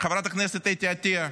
חברת הכנסת אתי עטייה?